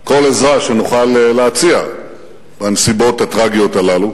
כל עזרה שנוכל להציע בנסיבות הטרגיות הללו,